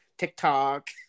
TikTok